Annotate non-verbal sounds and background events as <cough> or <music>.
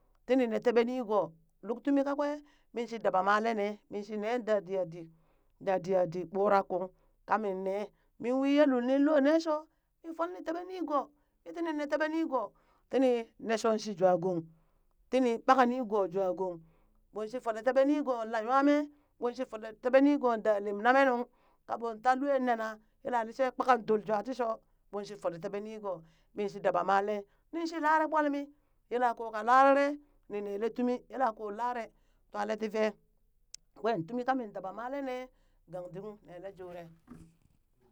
Tini nee teɓee niigoo, luk tumi kakwee min shi daba malee nee, min shi nee dadiyadit dadiyadit ɓurak kung ka min wi yelul loo nee mii folni teɓe nigo mii tinii ne teɓee nigoo tini nee shoo tii jwaa gong tini ɓaka nigoo jwaa gong , ɓonshi fole teɓe nigoo la nwamee ɓoon fole teɓee nigoo dalem name nuŋ ka luen nena yele lishee kpakan da duljwaa tii shoo min shi folee teɓee nigoo min shi dabamalee nin shi laree ɓoolee mii yela ko kalararae ni nele tumi yelee koo lare twalee tii vee kween tumi ka min dama malee neen gang dit ung nee leejuuree. <noise>